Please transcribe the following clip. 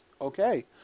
Okay